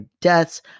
deaths